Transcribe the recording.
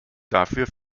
dafür